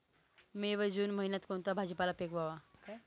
मे व जून महिन्यात कोणता भाजीपाला पिकवावा?